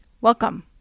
welcome